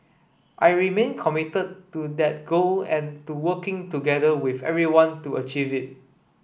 I remain committed to that goal and to working together with everyone to achieve it